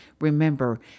remember